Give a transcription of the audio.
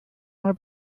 mal